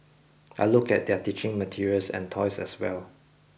I looked at their teaching materials and toys as well